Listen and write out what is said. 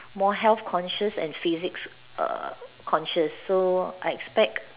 more health conscious and physics err conscious so I expect